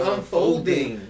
Unfolding